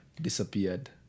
disappeared